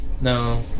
No